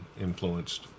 influenced